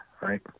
Right